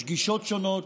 יש גישות שונות,